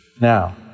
now